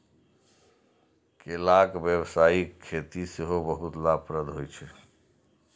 केलाक व्यावसायिक खेती सेहो बहुत लाभप्रद होइ छै